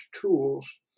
tools